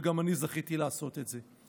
וגם אני זכיתי לעשות את זה.